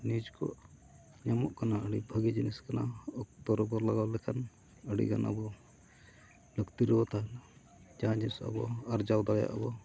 news ᱠᱚ ᱧᱟᱢᱚᱜ ᱠᱟᱱᱟ ᱟᱹᱰᱤ ᱵᱷᱟᱹᱜᱤ ᱡᱤᱱᱤᱥ ᱠᱟᱱᱟ ᱚᱠᱛᱚ ᱨᱮᱵᱚᱱ ᱞᱟᱜᱟᱣ ᱞᱮᱠᱷᱟᱱ ᱟᱹᱰᱤᱜᱟᱱ ᱟᱵᱚ ᱞᱟᱹᱠᱛᱤ ᱨᱮᱵᱚᱱ ᱛᱟᱦᱮᱱᱟ ᱡᱟᱦᱟᱸ ᱡᱤᱱᱤᱥ ᱟᱵᱚ ᱟᱨᱡᱟᱣ ᱫᱟᱲᱮᱭᱟᱜ ᱟᱵᱚ